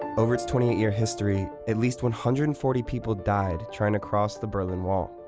over its twenty eight year history, at least one hundred and forty people died trying to cross the berlin wall.